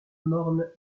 morne